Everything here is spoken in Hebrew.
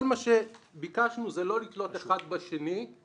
כל מה שביקשנו זה לא לתלות אחד בשני ולא